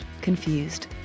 Confused